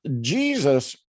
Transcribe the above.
Jesus